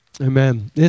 Amen